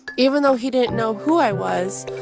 even though he didn't know who i was.